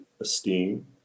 esteem